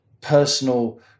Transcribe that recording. personal